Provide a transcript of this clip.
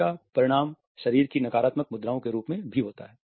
इसका परिणाम शरीर की नकारात्मक मुद्राओ के रूप में भी होता हैं